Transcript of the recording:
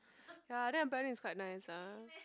ya then apparently it's quite nice ah